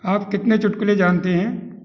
आप कितने चुटकुले जानते हैं